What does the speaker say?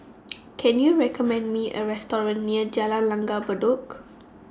Can YOU recommend Me A Restaurant near Jalan Langgar Bedok